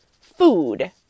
food